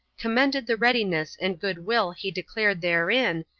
commended the readiness and good-will he declared therein,